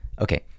Okay